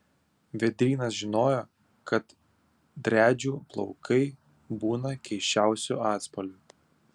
vėdrynas žinojo kad driadžių plaukai būna keisčiausių atspalvių